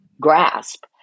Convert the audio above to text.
grasp